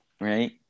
Right